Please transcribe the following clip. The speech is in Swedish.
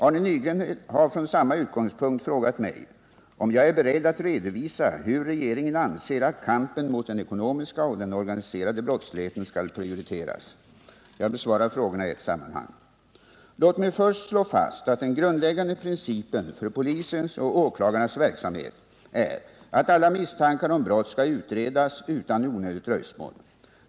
Arne Nygren har från samma utgångspunkt frågat mig om jag är beredd att redovisa hur regeringen anser att kampen mot den ekonomiska och den organiserade brottsligheten skall prioriteras. Jag besvarar frågorna i ett sammanhang. Låt mig först slå fast att den grundläggande principen för polisens och åklagarnas verksamhet är att alla misstankar om brott skall utredas utan onödigt dröjsmål.